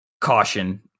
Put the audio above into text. caution